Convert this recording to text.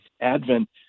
Advent